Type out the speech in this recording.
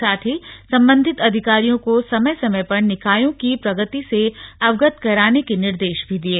साथ ही संबंधित अधिकारियों को समय समय पर निकायों की प्रगति से अवगत कराने के निर्देश भी दिये